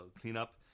cleanup